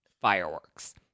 fireworks